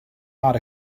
not